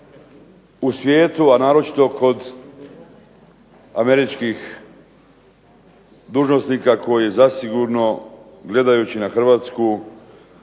u svijetu a naročito kod Američkih dužnosnika koji zasigurno gledajući na Hrvatsku